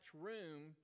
room